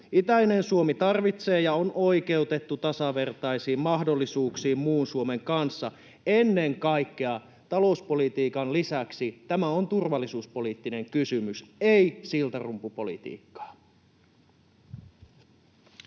Itäinen Suomi tarvitsee ja on oikeutettu tasavertaisiin mahdollisuuksiin muun Suomen kanssa. Talouspolitiikan lisäksi tämä on ennen kaikkea turvallisuuspoliittinen kysymys, ei siltarumpupolitiikkaa.